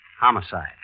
Homicide